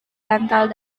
bantal